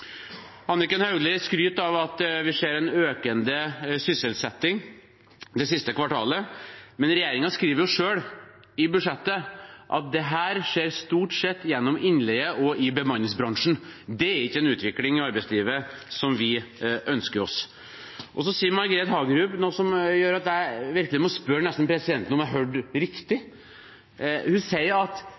Anniken Hauglie skryter av at vi ser en økende sysselsetting det siste kvartalet, men regjeringen skriver jo selv i budsjettet at dette stort sett skjer gjennom innleie og i bemanningsbransjen. Det er ikke en utvikling i arbeidslivet som vi ønsker oss. Så sier Margret Hagerup noe som gjør at jeg virkelig nesten må spørre presidenten om jeg hørte riktig. Hun sier at